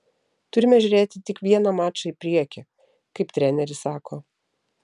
turime žiūrėti tik vieną mačą į priekį kaip treneris sako